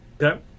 Okay